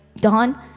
done